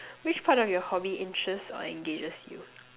which part of your hobby interests or engages you